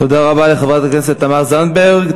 תודה רבה לחברת הכנסת תמר זנדברג.